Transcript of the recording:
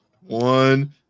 One